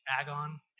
agon